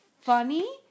funny